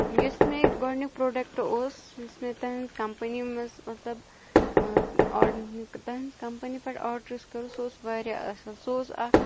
یُس مےٚ گۄڈنیُک پروڈکٹہٕ اوس یُس مےٚ تمہ وِزِ کَمپنی مَنٛز مَطلَب کَمپنی پیٚٹھ آرڈَر یُس کوٚر سُہ اوس واریاہ اصل سُہ اوس اکھ